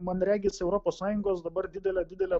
man regis europos sąjungos dabar didelę didelę